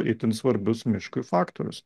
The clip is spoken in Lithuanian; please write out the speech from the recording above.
itin svarbius miškui faktorius